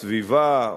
בסביבה,